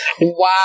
Wow